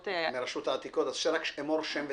מרשות העתיקות, אז רק אמור שם ותפקיד.